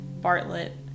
Bartlett